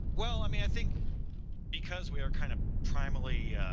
well, i mean i think because we're kind of primarily, yeah